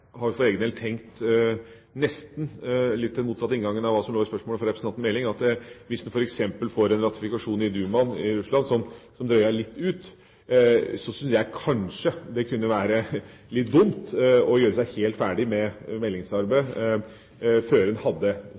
har for egen del tenkt litt i motsatt retning av hva som lå i spørsmålet fra representanten Meling, at hvis f.eks. en ratifikasjon i Dumaen i Russland drøyer litt ut, syns jeg kanskje det vil være litt dumt å gjøre seg helt ferdig med meldingsarbeidet før en hadde